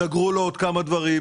סגרו לו עוד כמה דברים,